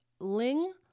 Ling